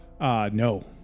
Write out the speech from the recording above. No